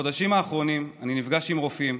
בחודשים האחרונים אני נפגש עם רופאים,